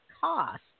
cost